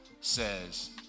says